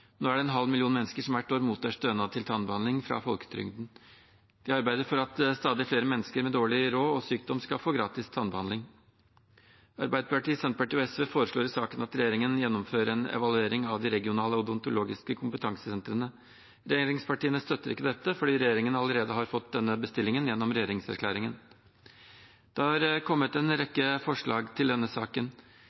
Nå er det en halv million mennesker som hvert år mottar stønad til tannbehandling fra folketrygden. Vi arbeider for at stadig flere mennesker med dårlig råd og sykdom skal få gratis tannbehandling. Arbeiderpartiet, Senterpartiet og SV foreslår i saken at regjeringen gjennomfører en evaluering av de regionale odontologiske kompetansesentrene. Regjeringspartiene støtter ikke dette fordi regjeringen allerede har fått denne bestillingen gjennom regjeringserklæringen. Det er kommet en rekke forslag til denne saken.